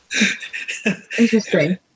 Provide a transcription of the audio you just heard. Interesting